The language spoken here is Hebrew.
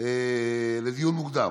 לדיון מוקדם,